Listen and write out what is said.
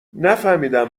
نفهمیدم